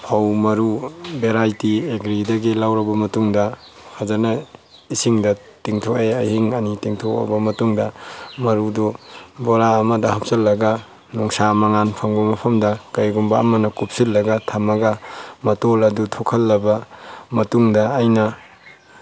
ꯐꯧ ꯃꯔꯨ ꯚꯦꯔꯥꯏꯇꯤ ꯑꯦꯒ꯭ꯔꯤꯗꯒꯤ ꯂꯧꯔꯕ ꯃꯇꯨꯡꯗ ꯐꯖꯅ ꯏꯁꯤꯡꯗ ꯇꯤꯡꯊꯣꯛꯑꯦ ꯑꯍꯤꯡ ꯑꯅꯤ ꯇꯤꯡꯊꯣꯛꯑꯕ ꯃꯇꯨꯡꯗ ꯃꯔꯨꯗꯣ ꯕꯣꯔꯥ ꯑꯃꯗ ꯍꯥꯞꯆꯤꯟꯂꯒ ꯅꯨꯡꯁꯥ ꯃꯪꯉꯥꯜ ꯐꯪꯕ ꯃꯐꯝꯗ ꯀꯩꯒꯨꯝꯕ ꯑꯃꯅ ꯀꯨꯞꯁꯟꯂꯥꯒ ꯊꯝꯃꯒ ꯃꯇꯣꯜ ꯑꯗꯨ ꯊꯣꯛꯍꯟꯂꯕ ꯃꯇꯨꯡꯗ ꯑꯩꯅ